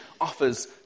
offers